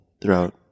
throughout